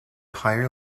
higher